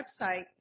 website